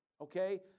okay